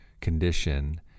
condition